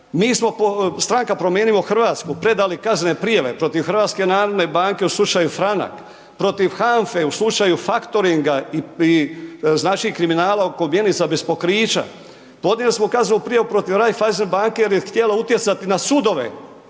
Mi smo, stranka Promijenimo Hrvatsku, predali kaznene prijave protiv HNB-a u slučaju Franak, protiv HANFA-e u slučaju Faktoringa i znači kriminala oko mjenica bez pokrića. Podnijeli smo kaznenu prijavu protiv Raiffeisen banke jer je htjela utjecati na sudove,